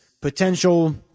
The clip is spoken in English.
potential